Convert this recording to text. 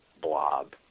blob